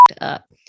Up